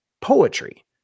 poetry